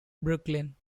brookline